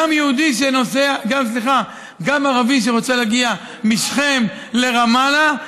גם ערבי שרוצה להגיע משכם לרמאללה,